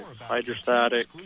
hydrostatic